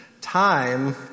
time